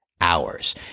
hours